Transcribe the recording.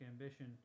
ambition